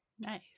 Nice